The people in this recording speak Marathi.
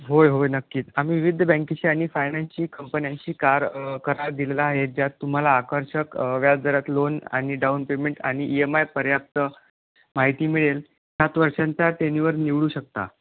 होय होय नक्कीच आम्ही विविध बँकेशी आणि फायनॅनची कंपन्यांशी कार करार दिलेला आहे ज्यात तुम्हाला आकर्षक व्याजदरात लोन आणि डाउन पेमेंट आणि ई एम आय पर्याप्त माहिती मिळेल सात वर्षांचा टेन्युवर निवडू शकता